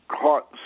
caught